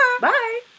Bye